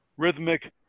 rhythmic